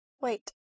Wait